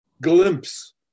glimpse